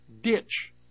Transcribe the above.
ditch